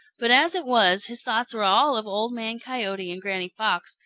but as it was his thoughts were all of old man coyote and granny fox,